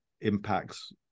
impacts